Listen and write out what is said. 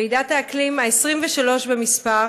ועידת האקלים ה-23 במספר.